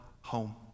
home